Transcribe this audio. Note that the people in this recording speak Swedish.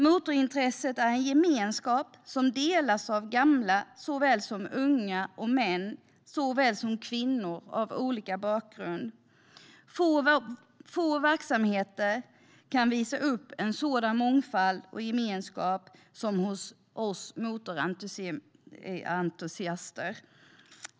Motorintresse är en gemenskap som delas av gamla såväl som unga och män såväl som kvinnor med olika bakgrund. Få verksamheter kan visa upp en sådan mångfald och gemenskap som det finns hos oss motorentusiaster.